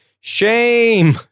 shame